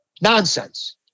Nonsense